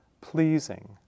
pleasing